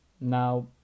now